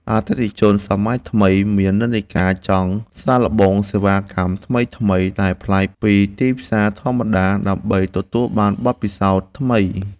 អតិថិជនសម័យថ្មីមាននិន្នាការចង់សាកល្បងសេវាកម្មថ្មីៗដែលប្លែកពីទីផ្សារធម្មតា ដើម្បីទទួលបានបទពិសោធន៍ថ្មី។